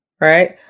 Right